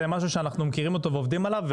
זה משהו שאנחנו מכירים אותו ועובדים עליו,